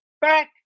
back